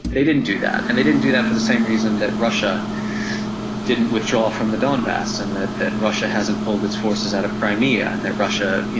they didn't do that. and they didn't do that for the same reason that russian didn't withdraw from the don bas, and that that russia hasn't pulled its forces out of crimea, and that russia, you